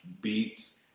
beats